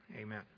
Amen